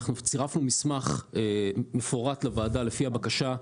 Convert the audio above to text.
אנחנו צירפנו מסמך מפורט לוועדה לפי הבקשה.